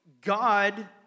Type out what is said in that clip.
God